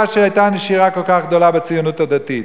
שהיתה נשירה כל כך גדולה בציונות הדתית.